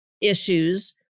Issues